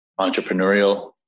entrepreneurial